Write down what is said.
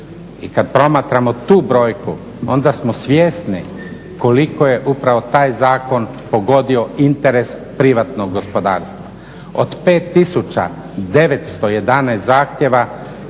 I kada promatramo tu brojku onda smo svjesni koliko je upravo taj zakon pogodio interes privatnog gospodarstva. Od 5 tisuća 911 zahtjeva